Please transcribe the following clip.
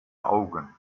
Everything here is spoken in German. augen